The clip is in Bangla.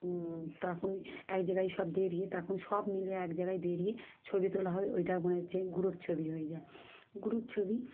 তখন এক জায়গায় সব দাঁড়িয়ে তখন সব মিলে এক জায়গায় দাঁড়িয়ে ছবি তোলা হয় ওইটা মনে হচ্ছে গ্রুপ ছবি হয়ে যায় গ্রুপ ছবি